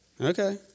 Okay